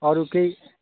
अरू केही